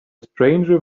stranger